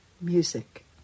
music